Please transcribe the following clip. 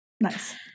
Nice